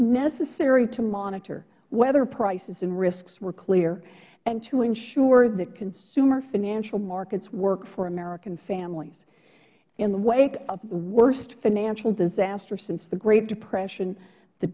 necessary to monitor what whether prices and risks were clear and to ensure that consumer financial markets work for american families in the wake of the worst financial disaster since the great depression the